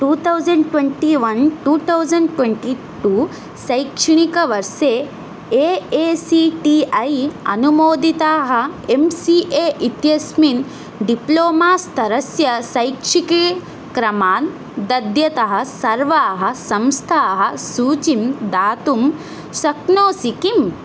two thousand twenty one two thousand twenty two शैक्षणिकवर्षे A A C T I अनुमोदिताः M C A इत्यस्मिन् diploma स्तरस्य शैक्षिकक्रमान् दद्यतः सर्वाः समस्ताः सूचिं दातुं शक्नोषि किम्